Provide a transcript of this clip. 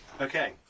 Okay